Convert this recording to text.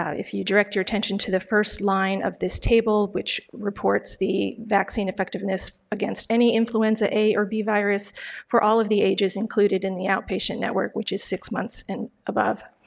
ah if you direct your attention to the first line of this table which reports the vaccine effectiveness against any influenza a or b virus for all of the ages included in the outpatient network, which is six months and above.